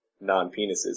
non-penises